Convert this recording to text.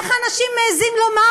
איך אנשים מעזים לומר,